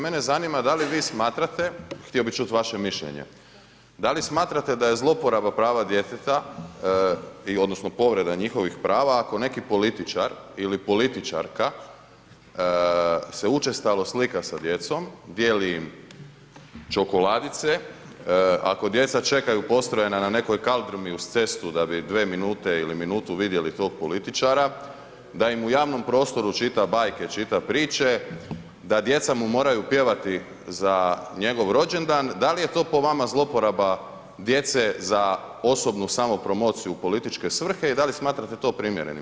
Mene zanima da li vi smatrate, htio bih čuti vaše mišljenje, da li smatrate da je zlouporaba prava djeteta i odnosno povreda njihovih prava ako neki političar ili političarka se učestao slika sa djecom, dijeli im čokoladice, ako djeca čekaju postrojena na nekoj kaldrmi uz cestu da bi 2 minute ili minutu vidjeli tog političara, da im u javnom prostoru čita bajke, čita priče, da djeca mu moraju pjevati za njegov rođendan, da li je to po vama zlouporaba djece za osobnu samopromociju u političke svrhe i da li smatrate to primjerenim?